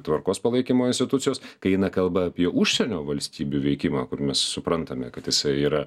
tvarkos palaikymo institucijos kai eina kalba apie užsienio valstybių veikimą kur mes suprantame kad jisai yra